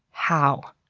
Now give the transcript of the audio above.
how?